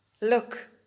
Look